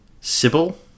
Sybil